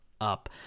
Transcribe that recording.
up